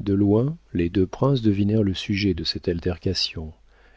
de loin les deux princes devinèrent le sujet de cette altercation